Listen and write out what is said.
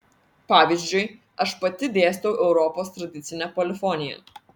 pavyzdžiui aš pati dėstau europos tradicinę polifoniją